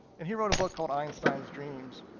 and he wrote a book called einstein's dreams.